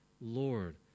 Lord